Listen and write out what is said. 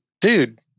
dude